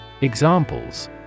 Examples